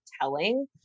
telling